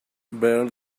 bert